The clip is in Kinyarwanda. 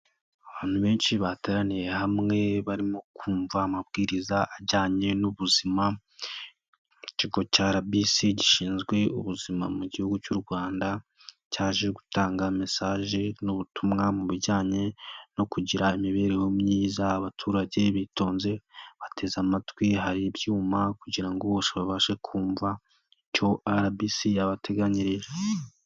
Abantu benshi bateraniye hamwe barimo kumva amabwiriza ajyanye n'ubuzima ikigo cya RBC gishinzwe ubuzima mu gihugu cy'u Rwanda, cyaje gutanga mesaje n'ubutumwa mu bijyanye no kugira imibereho myiza, abaturage bitonze bateze amatwi hari ibyuma kugira ngo bose babashe kumva icyo RBC yabateganyirije.